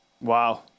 Wow